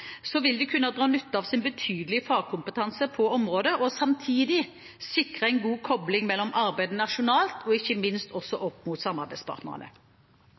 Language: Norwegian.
vil de kunne dra nytte av sin betydelige fagkompetanse på området og samtidig sikre en god kobling mellom arbeidet nasjonalt og – ikke minst – opp mot samarbeidspartnerne.